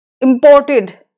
imported